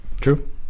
True